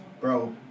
Bro